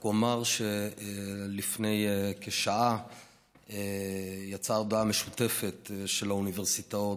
רק אומר שלפני כשעה יצאה הודעה משותפת של האוניברסיטאות